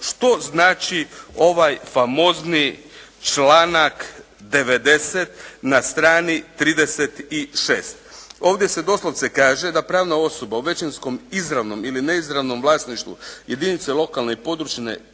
šta znači ovaj famozni članak 90. na strani 36. Ovdje se doslovce kaže da pravna osoba u većinskom izravnom ili neizravnom vlasništvu jedinica lokalne i područne